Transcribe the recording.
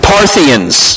Parthians